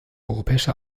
europäische